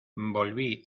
volví